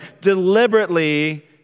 deliberately